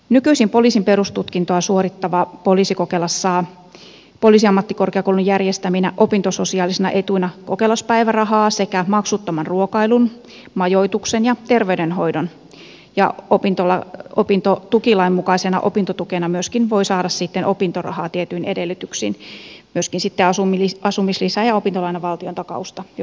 nykyisin poliisin perustutkintoa suorittava poliisikokelas saa poliisiammattikorkeakoulun järjestäminä opintososiaalisina etuina kokelaspäivärahaa sekä maksuttoman ruokailun majoituksen ja terveydenhoidon ja opintotukilain mukaisena opintotukena myöskin voi saada opintorahaa tietyin edellytyksin myöskin asumislisää ja opintolainan valtiontakausta jos sitä tarvitsee